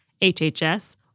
HHS